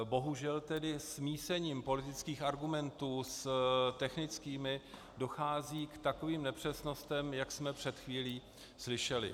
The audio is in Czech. Bohužel smísením politických argumentů s technickými dochází k takovým nepřesnostem, jako jsme před chvílí slyšeli.